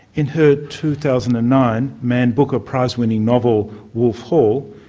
in her two thousand and nine man booker prize-winning novel wolf hall,